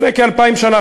לפני כאלפיים שנה,